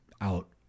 out